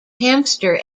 hamster